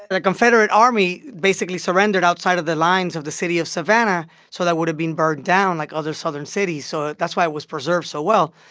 the confederate army basically surrendered outside of the lines of the city of savannah so that it wouldn't be burned down like other southern cities. so that's why it was preserved so well.